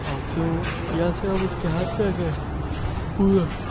کیو یہاں سے ہم اس کے ہاتھ پہ آ گئے پورا